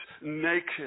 naked